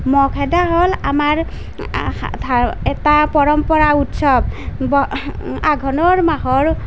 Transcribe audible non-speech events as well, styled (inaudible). মহ খেদা হ'ল আমাৰ এটা পৰম্পৰা উৎসৱ (unintelligible) আঘোণৰ মাহৰ